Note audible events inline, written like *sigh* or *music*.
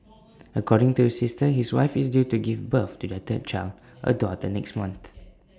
*noise* according to his sister his wife is due to give birth to their third child A daughter next month